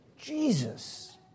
Jesus